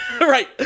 right